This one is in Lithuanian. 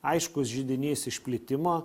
aiškus židinys išplitimo